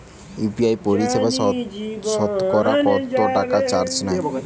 UPI পরিসেবায় সতকরা কতটাকা চার্জ নেয়?